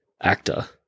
actor